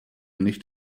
nicht